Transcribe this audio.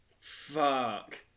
Fuck